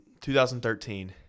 2013